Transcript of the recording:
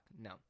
no